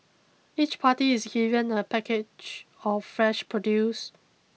each party is given a package of fresh produce